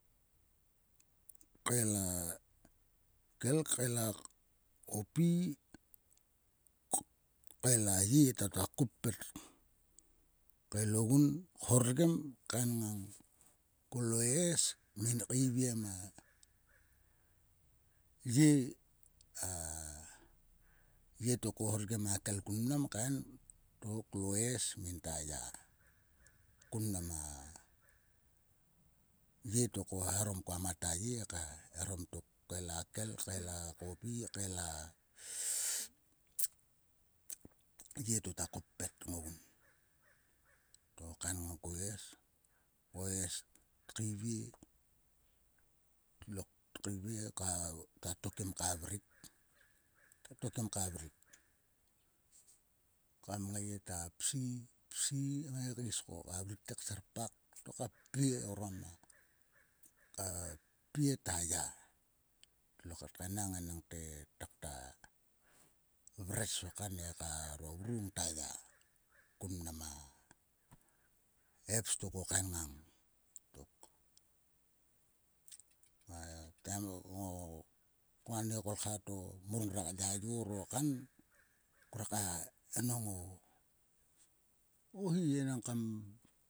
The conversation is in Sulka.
Kael a kel. kael a kopi. kael a ye ta. ta koppet. Kael ogun. hortgem kaen ngang ko lo es ngin keiviem a ye a. ye to ko hortgen a kel kun mnam to kloes ngingta ya. Kun mnam a vle to ko eharom kam ko mat a ye ka eharom tok. Kael a kel. kael a kopi kael a ye to ta koppet ogun. To kaen ngang ko es. Ko es tkaevie. tkevie ta tokim ka vrik. ta tokim ka vrik. Kam ngai ta psi. psi ngai kaesko ka vrik te kserpak to ka ppie orom a. kappie ta ya. Tlo kat kaenang enangte takta vres o kan e. karo vru ngta ya. Kun mnam a hebs to ko kaen ngang tok. va ten koani kolkha to mura yayor o kan ngruaka nonhong o hi enang kam.